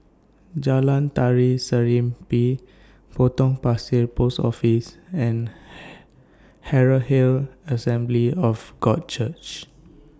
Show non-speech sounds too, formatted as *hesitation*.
Jalan Tari Serimpi Potong Pasir Post Office and *hesitation* Herald Assembly of God Church